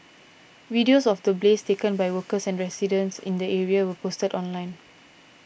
videos of the blaze taken by workers and residents in the area were posted online